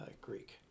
Greek